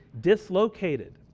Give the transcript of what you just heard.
dislocated